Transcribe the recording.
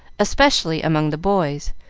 especially among the boys,